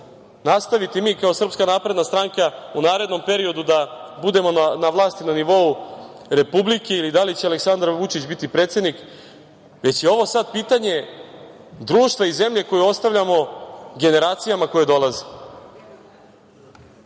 nastaviti mi kao SNS u narednom periodu da budemo na vlasti na nivou Republike ili da li će Aleksandar Vučić biti predsednik, već je ovo sada pitanje društva i zemlje koju ostavljamo generacijama koje dolaze. Sa